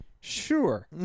Sure